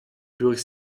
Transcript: durch